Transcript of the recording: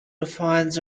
defines